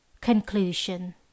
Conclusion